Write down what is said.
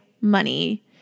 money